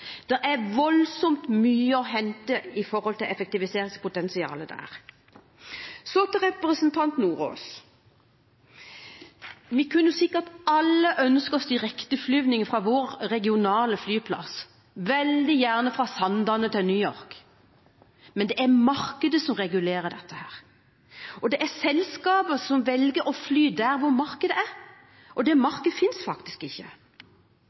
der. Så til representanten Sjelmo Nordås. Vi kunne sikkert alle ønske oss direkteflyvninger fra vår regionale flyplass – veldig gjerne fra Sandane til New York. Men det er markedet som regulerer dette. Det er selskapet som velger å fly der markedet er. Og det markedet finnes faktisk ikke